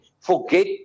forget